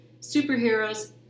superheroes